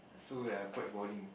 so we're quite boring